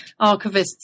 archivists